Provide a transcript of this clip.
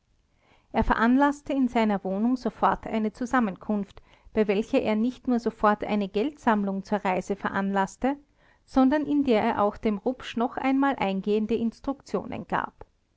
er veranlaßte in seiner wohnung sofort eine zusammenkunft bei welcher er nicht nur sofort eine geldsammlung zur reise veranlaßte sondern in der er auch dem rupsch noch einmal eingehende instruktionen gab